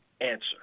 answer